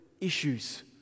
issues